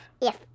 Yes